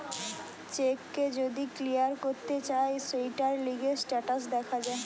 check কে যদি clear করতে চায় সৌটার লিগে স্টেটাস দেখা যায়